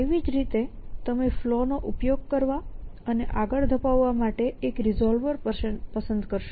તેવી જ રીતે તમે ફલૉ નો ઉપયોગ કરવા અને આગળ ધપાવવા માટે એક રિઝોલ્વર પસંદ કરશો